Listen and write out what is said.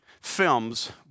films